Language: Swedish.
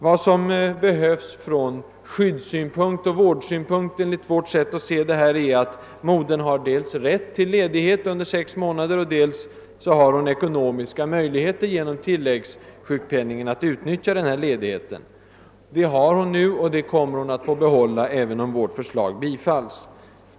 Vad som behövs från skyddssynpunkt och vårdsynpunkt är enligt vårt sätt att se att modern har rätt till ledighet under sex månader och dessutom genom tilläggssjukpenningen har ekonomisk möjlighet att utnyttja denna ledighet. Den möjligheten har hon nu, och den kommer hon att få behålla även om vårt förslag bifalles.